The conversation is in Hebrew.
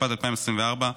התשפ"ד 2024,